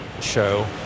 show